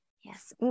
Yes